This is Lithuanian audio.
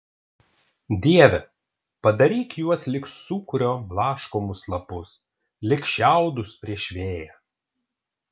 dieve padaryk juos lyg sūkurio blaškomus lapus lyg šiaudus prieš vėją